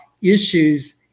issues